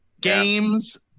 Games